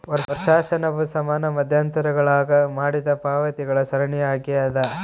ವರ್ಷಾಶನವು ಸಮಾನ ಮಧ್ಯಂತರಗುಳಾಗ ಮಾಡಿದ ಪಾವತಿಗಳ ಸರಣಿಯಾಗ್ಯದ